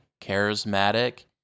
charismatic